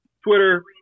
Twitter